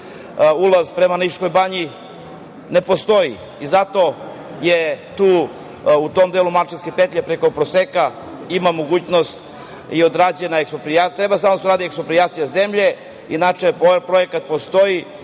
ulaz prema Niškoj banji ne postoji. Zato je tu u tom delu Malčanske petlje preko Proseka ima mogućnosti i odrađena je ćuprija, treba samo da se odradi eksproprijacija zemlje. Inače, projekat postoji,